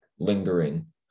lingering